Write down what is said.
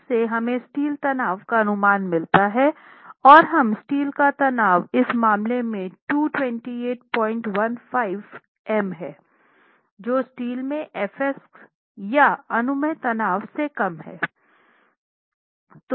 इससे हमें स्टील तनाव का अनुमान मिलता है और स्टील का तनाव इस मामले में 22815 M है जो स्टील में Fs या अनुमेय तनाव से कम है